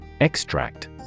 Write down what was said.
Extract